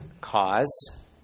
cause